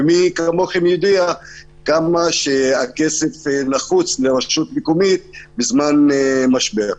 ומי כמוכם יודע כמה שהכסף נחוץ לרשות מקומית בזמן משבר.